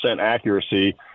accuracy